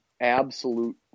absolute